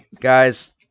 Guys